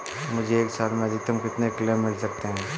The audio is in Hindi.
मुझे एक साल में अधिकतम कितने क्लेम मिल सकते हैं?